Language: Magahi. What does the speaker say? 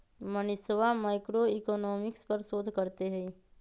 मनीषवा मैक्रोइकॉनॉमिक्स पर शोध करते हई